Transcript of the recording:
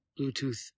Bluetooth